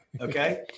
okay